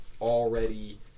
already